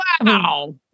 Wow